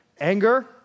Anger